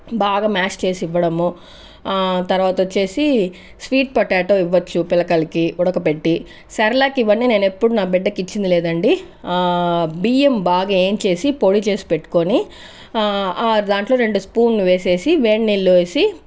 బాగా మ్యాష్ చేసి ఇవ్వడము తర్వాత వచ్చేసి స్వీట్ పొటాటో ఇవ్వచ్చు పిల్లకాయలకి ఉడకపెట్టి సెరలాక్ ఇవ్వని నేను ఎప్పుడు నా బిడ్డకు ఇచ్చింది లేదండి బియ్యం బాగా వేయించేసుకుని బాగా పొడి చేసి పెట్టుకుని ఆ దాంట్లో రెండు స్పూన్లు వేసేసి వేడి నీళ్లు వేసి